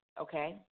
okay